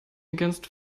against